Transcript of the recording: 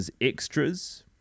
Extras